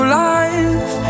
life